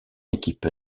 équipe